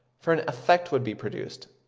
for an effect would be produced,